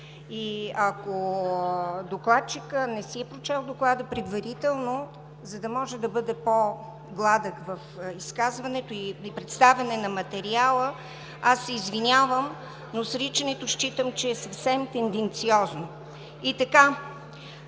Ако докладчикът не си е прочел доклада предварително, за да може да бъде по-гладък в изказването и представяне на материала, аз се извинявам, но сричането считам, че е съвсем тенденциозно. По